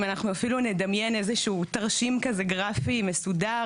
אם אנחנו אפילו נדמיין איזשהו תרשים גרפי מסודר,